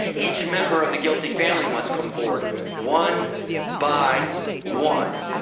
each member of the guilty family must come forward one by one.